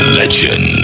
legend